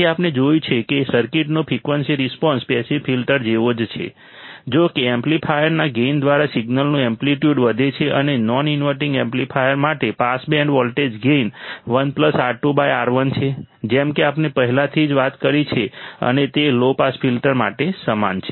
તેથી આપણે જોયું છે કે સર્કિટનો ફ્રિકવન્સી રિસ્પોન્સ પેસિવ ફિલ્ટર જેવો જ છે જો કે એમ્પ્લીફાયરના ગેઇન દ્વારા સિગ્નલનું એમ્પ્લિટ્યુડ વધે છે અને નોન ઇન્વર્ટીંગ એમ્પ્લીફાયર માટે pass band voltage gain 1 R2 R1 છે જેમ કે આપણે પહેલાથી જ વાત કરી છે અને તે લો પાસ ફિલ્ટર માટે સમાન છે